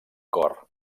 cor